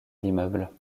l’immeuble